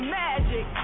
magic